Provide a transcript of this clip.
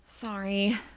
Sorry